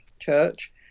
Church